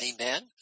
Amen